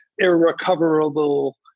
irrecoverable